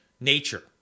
nature